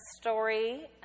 story